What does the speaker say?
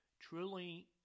Truly